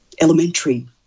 elementary